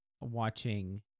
watching